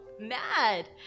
mad